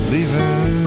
Leaving